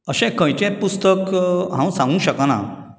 अशें खंयचेंय पुस्तक हांव सांगूंक शकना